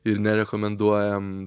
ir nerekomenduojam